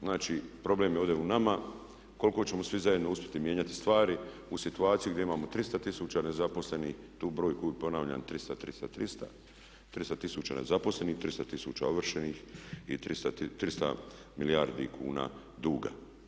Znači, problem je ovdje u nama koliko ćemo svi zajedno uspjeti mijenjati stvari u situaciji gdje imamo 300 tisuća nezaposlenih, tu brojku ponavljam, 300, 300, 300, 300 tisuća nezaposlenih, 300 tisuća ovršenih i 300 milijardi kuna duga.